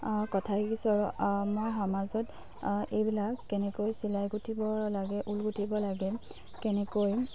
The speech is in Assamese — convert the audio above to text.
কথা শিকিছোঁ মই সমাজত এইবিলাক কেনেকৈ চিলাই গুঠিব লাগে ঊল গুঠিব লাগে কেনেকৈ